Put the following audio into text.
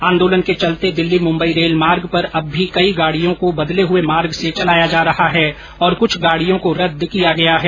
आंदोलन के चलते दिल्ली मुंबई रेल मार्ग पर अब भी कई गाड़ियों को बदले हुए मार्ग से चलाया जा रहा है और कुछ गाडियों को रदद किया गया है